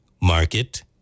market